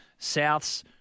Souths